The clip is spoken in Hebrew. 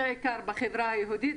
בעיקר בחברה היהודית,